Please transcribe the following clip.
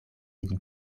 vin